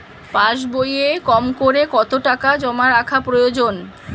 পাশবইয়ে কমকরে কত টাকা জমা রাখা প্রয়োজন?